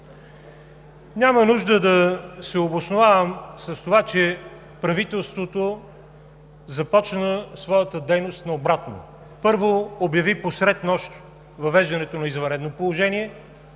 Няма нужда да се обосновавам с това, че правителството започна своята дейност наобратно. Първо, обяви посред нощ въвеждането на извънредно положение,